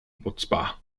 nutzbar